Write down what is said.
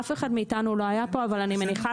אף אחד מאתנו לא היה פה כאשר נחקק החוק אבל אני מניחה